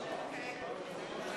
חברי